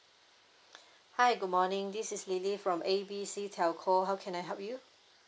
hi good morning this is lily from A B C telco how can I help you